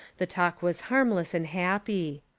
the talk was harm less and happy.